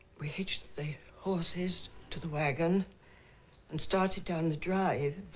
we hitched the horses to the wagon and started down the drive.